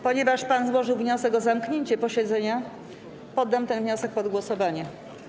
Ponieważ złożył pan wniosek o zamknięcie posiedzenia, poddam ten wniosek pod głosowanie.